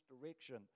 direction